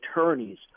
attorneys